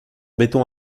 béton